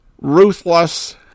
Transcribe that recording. ruthless